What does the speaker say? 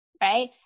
Right